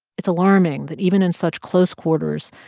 it's alarming that even in such close quarters,